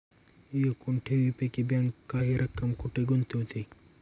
एकूण ठेवींपैकी बँक काही रक्कम कुठे गुंतविते?